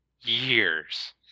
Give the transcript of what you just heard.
years